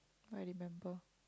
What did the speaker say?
I remember